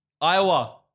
Iowa